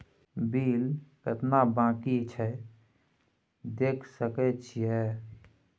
Bill केतना बाँकी छै देख सके छियै?